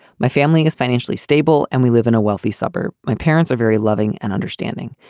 my family is financially stable and we live in a wealthy suburb. my parents are very loving and understanding.